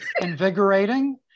invigorating